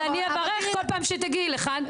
אבל אני אברך בכל פעם שתגיעי לכאן.